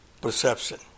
perception